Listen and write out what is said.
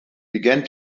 began